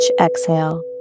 exhale